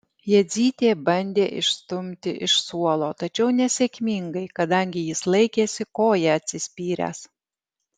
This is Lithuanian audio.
jadzytė bandė išstumti iš suolo tačiau nesėkmingai kadangi jis laikėsi koja atsispyręs